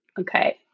okay